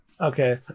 Okay